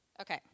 Okay